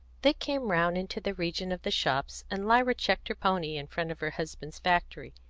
they came round into the region of the shops, and lyra checked her pony in front of her husband's factory.